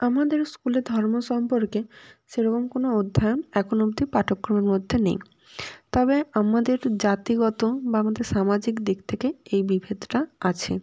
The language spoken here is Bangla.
আমাদের স্কুলে ধর্ম সম্পর্কে সেরকম কোনো অধ্যায়ন এখনো অবধি পাঠক্রমের মধ্যে নেই তবে আমাদের জাতিগত বা আমাদের সামাজিক দিক থেকে এই বিভেদটা আছে